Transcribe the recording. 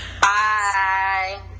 Bye